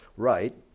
right